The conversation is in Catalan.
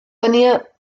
tenia